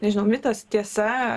nežinau mitas tiesa